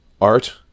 art